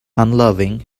unloving